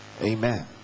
Amen